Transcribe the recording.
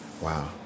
Wow